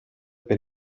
per